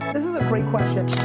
this is a great question.